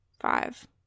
five